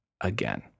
again